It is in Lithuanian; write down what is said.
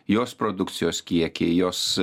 jos produkcijos kiekiai jos